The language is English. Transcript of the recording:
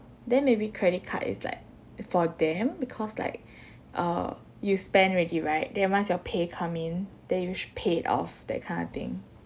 then maybe credit card is like for them because like err you spend already right then once your pay come in then you should pay it off that kind of thing